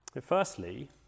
Firstly